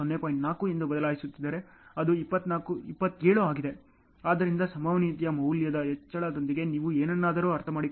4 ಎಂದು ಬದಲಾಯಿಸುತ್ತಿದ್ದರೆ ಅದು 27 ಆಗಿದೆ ಆದ್ದರಿಂದ ಸಂಭವನೀಯತೆಯ ಮೌಲ್ಯದ ಹೆಚ್ಚಳದೊಂದಿಗೆ ನೀವು ಏನನ್ನಾದರೂ ಅರ್ಥಮಾಡಿಕೊಳ್ಳಬಹುದು